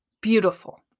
Beautiful